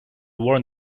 warn